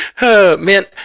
Man